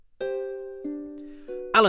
Alan